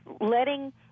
letting